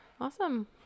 awesome